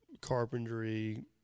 carpentry